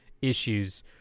issues